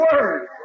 word